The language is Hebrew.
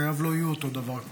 חייו כבר לא יהיו אותו דבר.